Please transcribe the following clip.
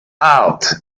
out